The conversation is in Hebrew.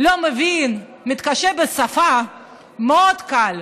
לא מבין, מתקשה בשפה, מאוד קל,